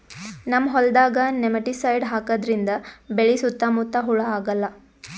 ನಮ್ಮ್ ಹೊಲ್ದಾಗ್ ನೆಮಟಿಸೈಡ್ ಹಾಕದ್ರಿಂದ್ ಬೆಳಿ ಸುತ್ತಾ ಮುತ್ತಾ ಹುಳಾ ಆಗಲ್ಲ